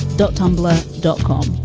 dot tumblr, dot com.